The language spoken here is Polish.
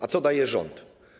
A co daje rząd?